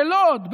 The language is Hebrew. בלוד,